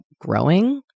growing